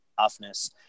toughness